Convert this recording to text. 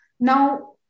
Now